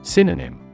Synonym